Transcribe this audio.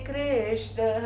Krishna